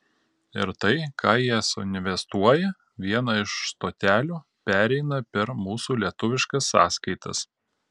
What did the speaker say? ir tai ką jie suinvestuoja viena iš stotelių pereina per mūsų lietuviškas sąskaitas